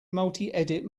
multiedit